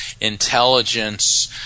intelligence